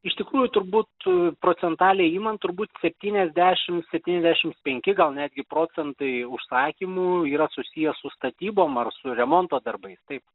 iš tikrųjų turbūt procentaliai imant turbūt septyniasdešimts septyniasdešimts penki gal netgi procentai užsakymų yra susiję su statybom ar su remonto darbais taip